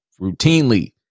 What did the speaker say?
routinely